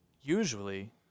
Usually